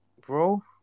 bro